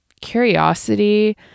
curiosity